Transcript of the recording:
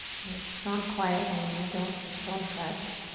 and if it's not quiet near you, don't don't fret.